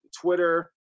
Twitter